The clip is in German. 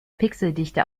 pixeldichte